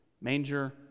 Manger